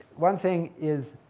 one thing is,